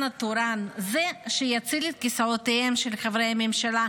אני שמעתי את דברייך,